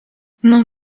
non